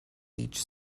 each